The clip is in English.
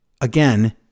again